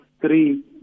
Three